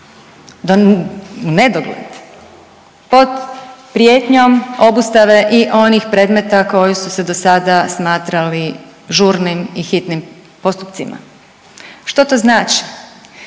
u nedogled. Pod prijetnjom obustave i onih predmeta koji su se do sada smatrali žurnim i hitnim postupcima. Što to znači?